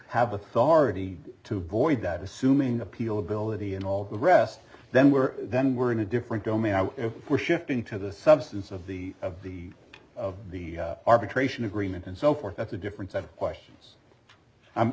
have authority to void that assuming appeal ability and all the rest then we're then we're in a different domain we're shifting to the substance of the of the of the arbitration agreement and so forth that's a different set of questions